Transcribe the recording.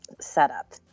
setup